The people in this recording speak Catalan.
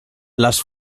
les